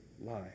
lie